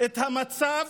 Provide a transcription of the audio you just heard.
את המצב